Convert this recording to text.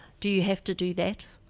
do you have to do that?